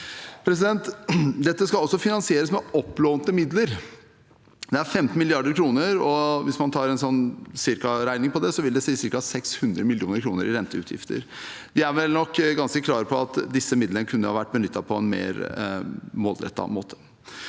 Dette skal også finansieres med opplånte midler, nær 15 mrd. kr, og hvis man regner raskt på det, vil det si ca. 600 mill. kr i renteutgifter. Vi er nok ganske klare på at disse midlene kunne ha vært benyttet på en mer målrettet måte.